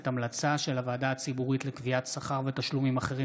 המלצה של הוועדה הציבורית לקביעת שכר ותשלומים אחרים